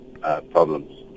problems